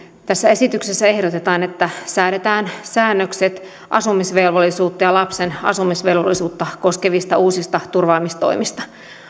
tässä esityksessä ehdotetaan että säädetään säännökset asumisvelvollisuutta ja lapsen asumisvelvollisuutta koskevista uusista turvaamistoimista